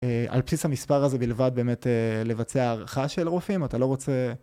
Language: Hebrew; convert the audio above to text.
על בסיס המספר הזה בלבד באמת לבצע הערכה של רופאים אתה לא רוצה